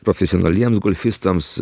profesionaliems golfistams